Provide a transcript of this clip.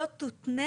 לא תותנה